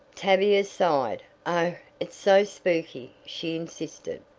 tavia sighed. oh, it's so spooky, she insisted.